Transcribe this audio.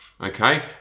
Okay